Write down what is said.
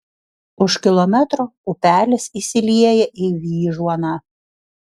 už kilometro upelis įsilieja į vyžuoną